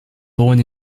born